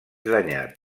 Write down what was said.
danyat